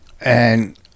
And-